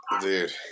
Dude